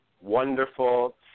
wonderful